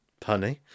Punny